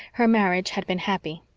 her marriage had been happy.